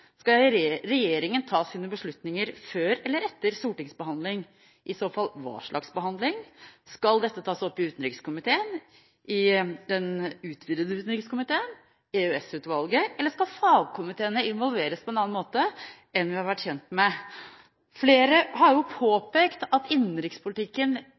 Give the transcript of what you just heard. Skal regjeringen ta sine beslutninger før eller etter stortingsbehandling? I så fall, hva slags behandling? Skal dette tas opp i utenriks- og forsvarskomiteen, i den utvidete utenriks- og forsvarskomiteen, Europautvalget, eller skal fagkomiteene involveres på en annen måte enn vi har vært kjent med? Flere har